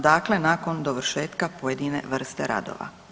Dakle, nakon dovršetka pojedine vrste radova.